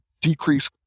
decrease